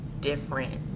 different